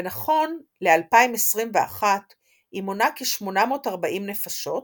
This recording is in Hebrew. ונכון ל-2021 היא מונה כ-840 נפשות,